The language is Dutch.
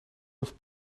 heeft